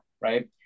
Right